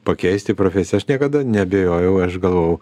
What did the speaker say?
pakeisti profesiją aš niekada neabejojau aš galvojau